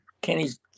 Kenny's